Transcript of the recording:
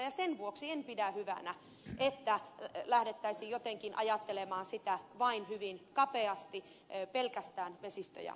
ja sen vuoksi en pidä hyvänä että lähdettäisiin jotenkin ajattelemaan sitä asiaa vain hyvin kapeasti pelkästään vesistöjä ajatellen